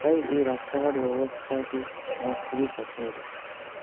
তাই এই রাস্তাঘাট ব্যবস্থাটি আমার খুবই পছন্দ